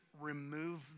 remove